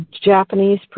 Japanese